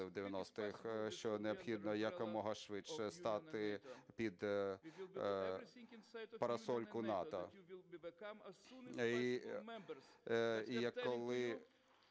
що необхідно якомога швидше стати під парасольку НАТО. І коли